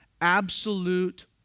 absolute